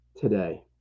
today